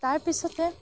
তাৰপিছতে